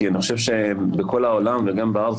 כי אני חושב שבכל העולם וגם בארץ,